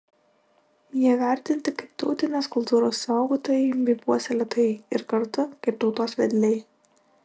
jie vertinti kaip tautinės kultūros saugotojai bei puoselėtojai ir kartu kaip tautos vedliai